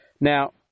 Now